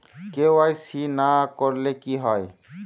KYC না করলে কি হয়?